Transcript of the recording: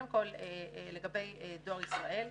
לגבי דואר ישראל,